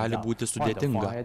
gali būti sudėtinga